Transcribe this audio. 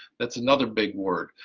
that's another big word,